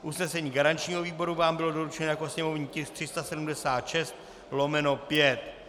Usnesení garančního výboru vám bylo doručeno jako sněmovní tisk 376/5.